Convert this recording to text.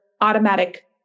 automatic